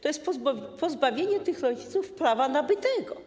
To jest pozbawienie tych rodziców prawa nabytego.